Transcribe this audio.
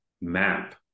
map